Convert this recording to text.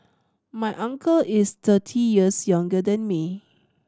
my uncle is thirty years younger than me